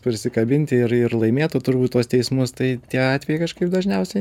prisikabinti ir ir laimėtų turbūt tuos teismus tai tie avejai kažkaip dažniausiai